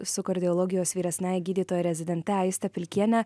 su kardiologijos vyresniąja gydytoja rezidente aiste pilkiene